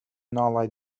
ngolau